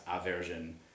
aversion